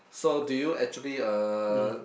so do you actually uh